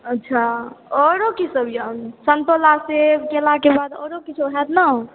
अच्छा आओरो की सब यऽ सन्तोला सेब केलाके बाद आओरो किछौ हैत ने